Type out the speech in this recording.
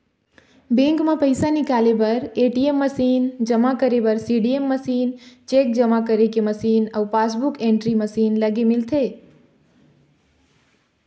bank म पइसा निकाले बर ए.टी.एम मसीन, जमा करे बर सीडीएम मशीन, चेक जमा करे के मशीन अउ पासबूक एंटरी मशीन लगे मिलथे